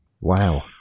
Wow